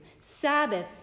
sabbath